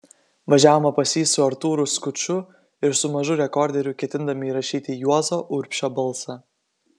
važiavome pas jį su artūru skuču ir su mažu rekorderiu ketindami įrašyti juozo urbšio balsą